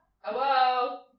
hello